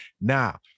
Now